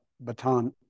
baton